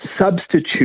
substitute